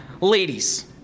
Ladies